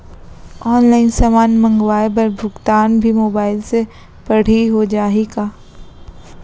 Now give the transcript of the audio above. Online समान मंगवाय बर भुगतान भी मोबाइल से पड़ही हो जाही का?